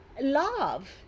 Love